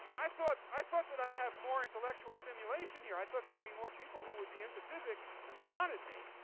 i thought i thought that i'd have more intellectual stimulation here. i thought there'd be more people who would be into physics, and they wanted me